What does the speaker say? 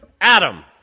Adam